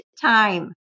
time